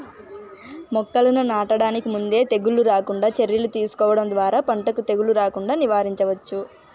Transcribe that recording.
మొక్కలను నాటడానికి ముందే తెగుళ్ళు రాకుండా చర్యలు తీసుకోవడం ద్వారా పంటకు తెగులు రాకుండా నివారించవచ్చు